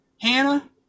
Hannah